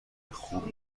خوب